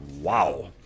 Wow